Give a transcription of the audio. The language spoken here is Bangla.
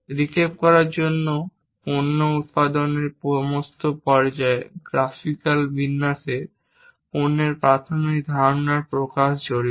রিক্যাপ করার জন্য পণ্য উত্পাদনের সমস্ত পর্যায়ে গ্রাফিকাল বিন্যাসে পণ্যের প্রাথমিক ধারণার প্রকাশ জড়িত